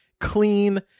clean